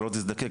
שלא תזדקק,